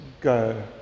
go